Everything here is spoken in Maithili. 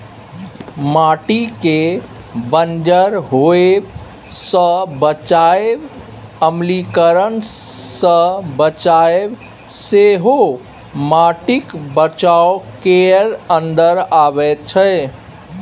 माटिकेँ बंजर होएब सँ बचाएब, अम्लीकरण सँ बचाएब सेहो माटिक बचाउ केर अंदर अबैत छै